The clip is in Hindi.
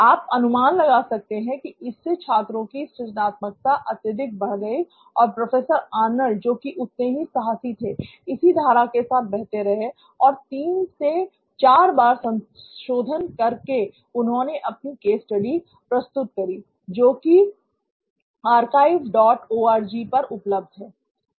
आप अनुमान लगा सकते हैं कि इससे छात्रों की सृजनात्मता अत्यधिक बढ़ गई और प्रोफेसर आर्नल्ड जो कि उतने ही साहसी थे इसी धारा के साथ बहते रहे और तीन से चार बार संशोधन कर के उन्होंने अपनी केस स्टडी प्रस्तुत करी जो कि आर्काइव डॉट ओआरजी पर उपलब्ध है